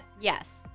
Yes